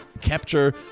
capture